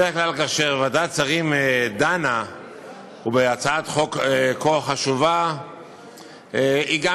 כאשר ועדת שרים דנה בהצעת חוק כה חשובה היא גם